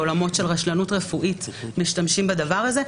בעולמות של רשלנות רפואית משתמשים בדבר הזה,